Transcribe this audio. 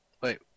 Wait